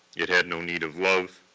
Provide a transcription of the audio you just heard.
it had no need of love.